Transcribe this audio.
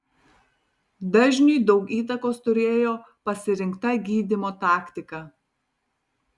dažniui daug įtakos turėjo pasirinkta gydymo taktika